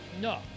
No